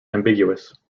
ambiguous